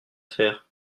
faire